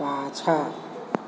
पाछाँ